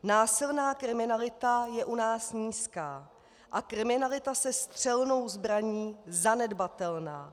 Násilná kriminalita je u nás nízká a kriminalita se střelnou zbraní zanedbatelná.